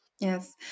Yes